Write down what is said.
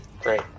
Great